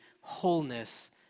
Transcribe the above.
wholeness